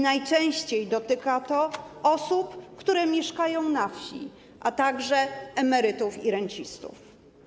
Najczęściej dotyka to osób, które mieszkają na wsi, a także emerytów i rencistów.